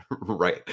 Right